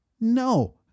No